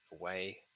away